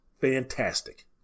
fantastic